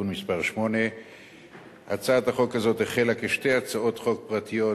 (תיקון מס' 8). הצעת החוק הזאת החלה כשתי הצעות חוק פרטיות,